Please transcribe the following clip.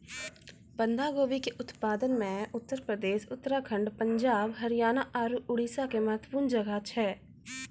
बंधा गोभी के उत्पादन मे उत्तर प्रदेश, उत्तराखण्ड, पंजाब, हरियाणा आरु उड़ीसा के महत्वपूर्ण जगह छै